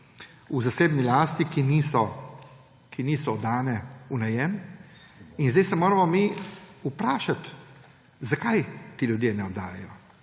v zasebni lasti, ki niso dana v najem, in se moramo vprašati, zakaj ti ljudje ne oddajajo.